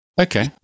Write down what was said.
Okay